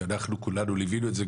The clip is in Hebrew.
שאנחנו כולנו ליווינו את זה,